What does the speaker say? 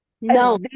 No